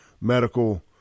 medical